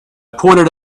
pointed